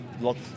lots